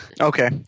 Okay